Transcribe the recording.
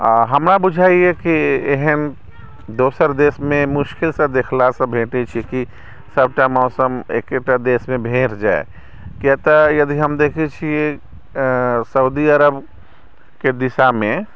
हमरा बुझाइए कि एहन दोसर देशमे मुश्किलसँ देखलासँ भेटै छै कि सभटा मौसम एक्कहि टा देशमे भेट जाय कियाक तऽ यदि हम देखै छियै सउदी अरबके दिशामे